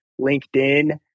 LinkedIn